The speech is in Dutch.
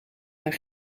haar